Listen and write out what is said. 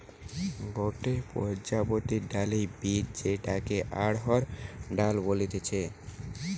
গটে প্রজাতির ডালের বীজ যেটাকে অড়হর ডাল বলতিছে